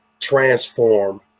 transform